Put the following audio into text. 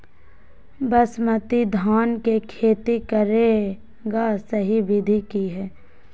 बासमती धान के खेती करेगा सही विधि की हय?